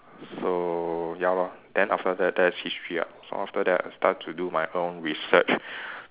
so ya lor then after that that is history ah so after that I start to do my own research